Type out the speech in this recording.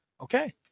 Okay